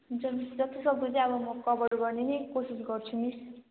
हुन्छ मिस जतिसक्दो चाहिँ अब म कभर गर्ने नै कोसिस गर्छु मिस